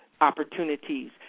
opportunities